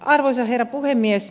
arvoisa herra puhemies